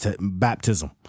baptism